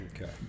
Okay